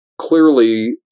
Clearly